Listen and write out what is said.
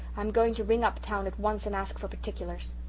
i'm going to ring up town at once and ask for particulars.